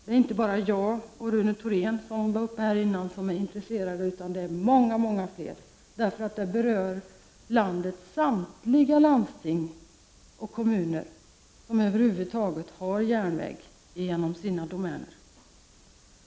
Det är inte bara jag och Rune Thorén som är intresserade av det, utan många fler, därför att frågan berör landets samtliga landsting och kommuner som över huvud taget har järnväg genom sina domäner.